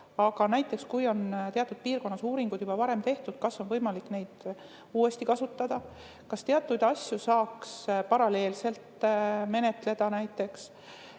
Aga näiteks, kui on teatud piirkonnas uuringuid juba varem tehtud, kas on võimalik neid uuesti kasutada? Kas teatud asju saaks paralleelselt menetleda?